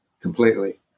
completely